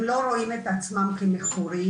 הם לא רואים את עצמם כמכורים.